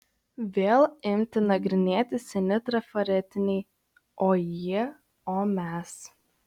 vėl imti nagrinėti seni trafaretiniai o jie o mes